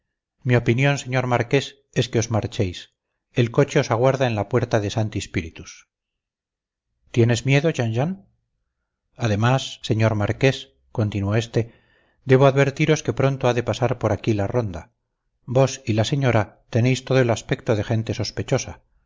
mi opinión señor marqués es que os marchéis el coche os aguarda en la puerta de santi spíritus tienes miedo jean jean además señor marqués continuó este debo advertiros que pronto ha de pasar por aquí la ronda vos y la señora tenéis todo el aspecto de gente sospechosa